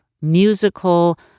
musical